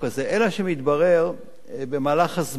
אלא שמתברר במהלך הזמן,